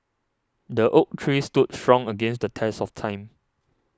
the oak tree stood strong against the test of time